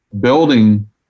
Building